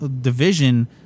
division